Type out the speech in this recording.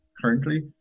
currently